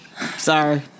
sorry